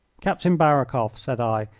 captain barakoff, said i,